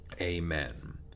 Amen